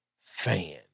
fan